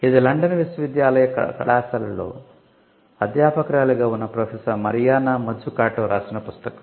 ఇది లండన్ విశ్వవిద్యాలయ కళాశాలలో అధ్యాపకురాలిగా ఉన్న ప్రొఫెసర్ మరియానా మజ్జుకాటో రాసిన పుస్తకం